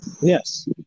Yes